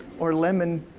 or lemon,